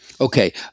Okay